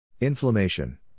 Inflammation